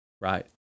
Right